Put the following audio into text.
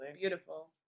Beautiful